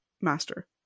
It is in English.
master